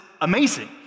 amazing